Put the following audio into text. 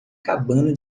cabana